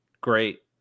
great